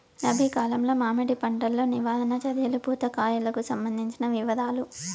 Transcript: రబి కాలంలో మామిడి పంట లో నివారణ చర్యలు పూత కాయలకు సంబంధించిన వివరాలు?